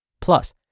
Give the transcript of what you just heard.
Plus